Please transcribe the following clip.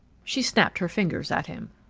she snapped her fingers at him.